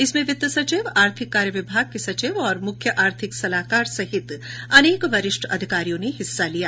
इसमें वित्त सचिव आर्थिक कार्य विभाग के सचिव और मुख्य आर्थिक सलाहकार सहित अनेक वरिष्ठ अधिकारियों ने हिस्सा लिया